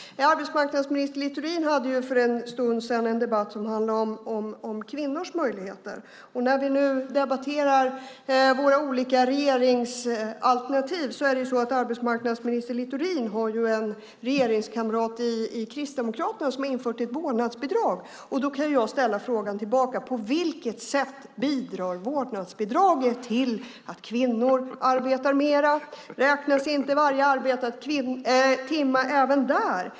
Arbetsmarknadsminister Littorin hade för en stund sedan en debatt om kvinnors möjligheter. När vi nu debatterar våra olika regeringsalternativ vill jag säga att arbetsmarknadsminister Littorin har en regeringskamrat i Kristdemokraterna som har infört ett vårdnadsbidrag. Då kan jag ställa frågan: På vilket sätt bidrar vårdnadsbidraget till att kvinnor arbetar mer? Räknas inte varje arbetad timma även där?